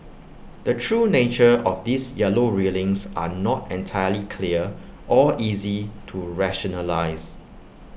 the true nature of these yellow railings are not entirely clear or easy to rationalise